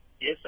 Yes